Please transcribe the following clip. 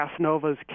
Casanovas